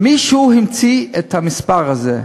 "מישהו המציא את המספר הזה.